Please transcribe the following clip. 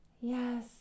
Yes